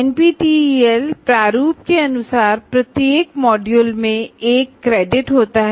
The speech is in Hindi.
एनपीटीईएल प्रारूप के अनुसार प्रत्येक मॉड्यूल में एक क्रेडिट होता है